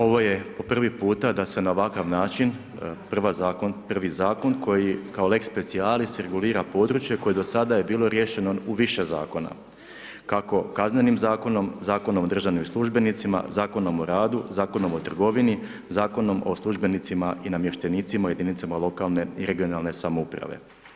Ovo je po prvi puta da se na ovakav način prvi zakon koji kao lex specialis regulira područje koje do sada je bilo riješeno u više zakona, kako Kaznenim zakonom, Zakonom o državnim službenicima, Zakonom o radu, Zakonom o trgovini, Zakonom o službenicima i namještenicima u jedinicama lokalne i regionalne samouprave.